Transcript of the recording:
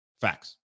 Facts